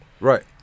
Right